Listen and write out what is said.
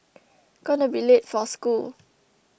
gonna be late for school